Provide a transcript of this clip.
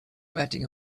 betting